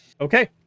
Okay